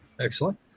Excellent